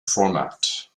format